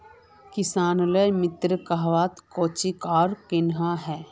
किसानेर मित्र कहाक कोहचे आर कन्हे?